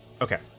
Okay